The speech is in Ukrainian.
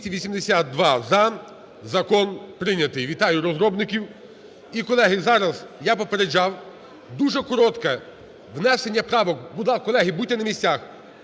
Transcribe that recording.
За-282 Закон прийнятий. Вітаю розробників. І, колеги, зараз, я попереджав, дуже коротке внесення правок (колеги, будьте на місцях)